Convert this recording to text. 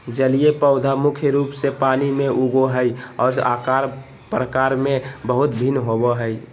जलीय पौधा मुख्य रूप से पानी में उगो हइ, और आकार प्रकार में बहुत भिन्न होबो हइ